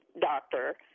doctor